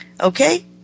Okay